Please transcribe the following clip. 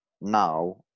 now